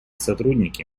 сотрудники